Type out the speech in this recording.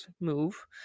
move